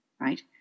right